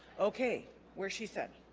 okay where she said